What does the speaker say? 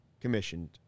commissioned